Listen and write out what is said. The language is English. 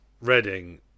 Reading